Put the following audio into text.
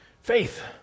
faith